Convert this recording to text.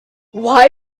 why